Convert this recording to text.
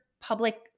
public